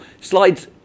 Slides